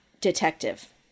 detective